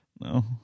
No